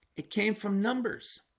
it came from numbers